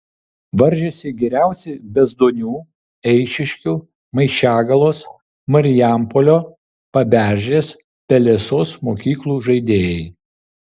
varžėsi geriausi bezdonių eišiškių maišiagalos marijampolio paberžės pelesos mokyklų žaidėjai